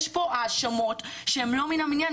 יש פה האשמות שהן לא מן המניין,